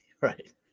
Right